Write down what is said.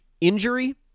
injury